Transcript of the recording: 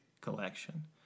collection